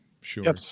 Sure